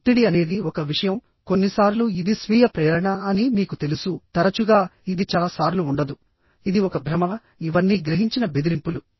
ఒత్తిడి అనేది ఒక విషయం కొన్నిసార్లు ఇది స్వీయ ప్రేరణ అని మీకు తెలుసు తరచుగా ఇది చాలా సార్లు ఉండదు ఇది ఒక భ్రమ ఇవన్నీ గ్రహించిన బెదిరింపులు